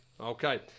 Okay